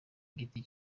giti